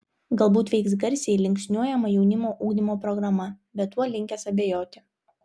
galbūt veiks garsiai linksniuojama jaunimo ugdymo programa bet tuo linkęs abejoti